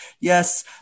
Yes